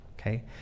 okay